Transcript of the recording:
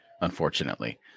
unfortunately